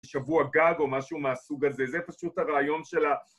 שבוע גג או משהו מהסוג הזה, זה פשוט הרעיון של ה...